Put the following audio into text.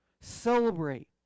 Celebrate